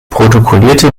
protokollierte